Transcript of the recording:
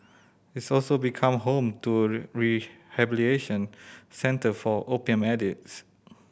its also become home to a rehabilitation centre for opium addicts